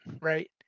right